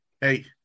Hey